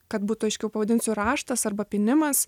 kad būtų aiškiau pavadinsiu raštas arba pynimas